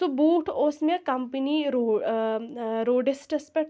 سُہ بوٗٹھ اوس مےٚ کَمپٔنی روڈَسٹَس پٮ۪ٹھ